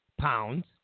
pounds